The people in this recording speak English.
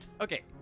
Okay